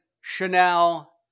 Chanel